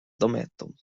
dometon